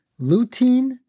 lutein